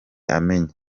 amenya